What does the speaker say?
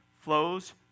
flows